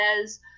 says